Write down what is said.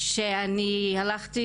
כשאני הלכתי